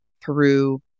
Peru